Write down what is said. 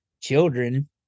children